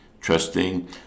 trusting